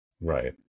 Right